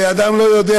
ואדם לא יודע